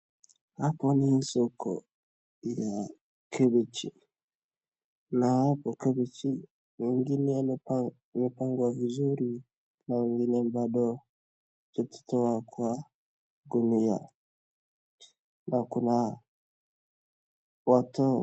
Hapo ni soko ya kabeji, na kwa kabeji, wengine wamepangwa vizuri na wengine bado hawajatoa kwa gunia, na kuna watu.